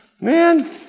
Man